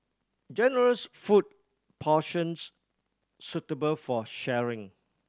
generous food portions suitable for sharing